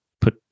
put